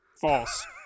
False